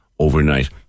Overnight